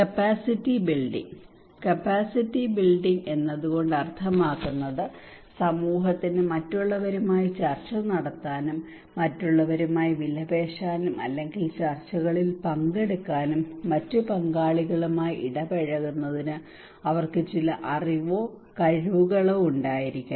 capacity building capacity building എന്നതുകൊണ്ട് അർത്ഥമാക്കുന്നത് സമൂഹത്തിന് മറ്റുള്ളവരുമായി ചർച്ച നടത്താനും മറ്റുള്ളവരുമായി വിലപേശാനും അല്ലെങ്കിൽ ചർച്ചകളിൽ പങ്കെടുക്കാനും മറ്റ് പങ്കാളികളുമായി ഇടപഴകുന്നതിന് അവർക്ക് ചില അറിവോ കഴിവുകളോ ഉണ്ടായിരിക്കണം